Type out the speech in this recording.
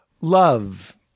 Love